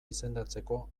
izendatzeko